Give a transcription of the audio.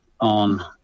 on